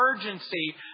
emergency